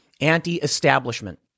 anti-establishment